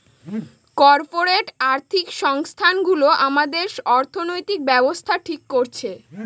corporate আর্থিক সংস্থানগুলো আমাদের অর্থনৈতিক ব্যাবস্থা ঠিক করছে